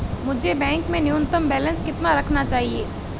मुझे बैंक में न्यूनतम बैलेंस कितना रखना चाहिए?